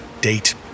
Date